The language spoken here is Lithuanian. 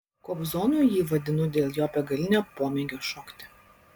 kobzonu jį vadinu dėl jo begalinio pomėgio šokti